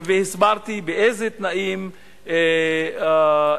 והסברתי באיזה תנאים אפשר,